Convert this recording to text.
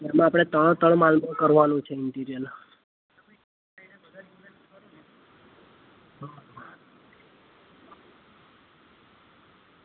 એમાં આપણે ત્રણે ત્રણ માળનું કરવાનું છે ઈન્ટીરીયર